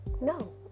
no